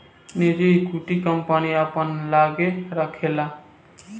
निजी equity, company अपना लग्गे राखेला